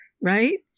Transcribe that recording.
right